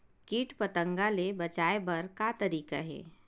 कीट पंतगा ले बचाय बर का तरीका हे?